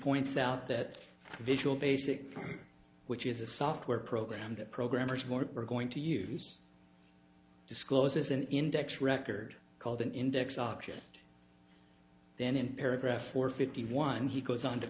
points out that visual basic which is a software program that programmers more are going to use discloses an index record called an index object then in paragraph four fifty one he goes on to